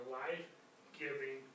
life-giving